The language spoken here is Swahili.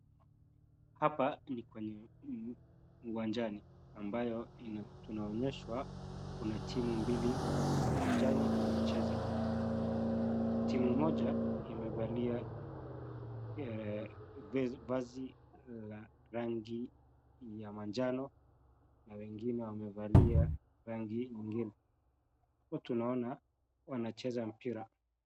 Hapa ni kwenye uwanjani ambayo tunaonyeshwa kuna timu mbili wako kwenye uwanjani wanacheza. Timu moja imevalia vazi la rangi ya manjano na wengine wamevalia rangi ingine. Hapa tunaona wanacheza mpira.